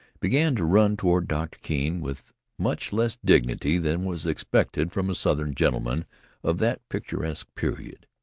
began to run toward doctor keene with much less dignity than was expected from a southern gentleman of that picturesque period.